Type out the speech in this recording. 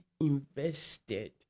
invested